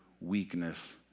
Weakness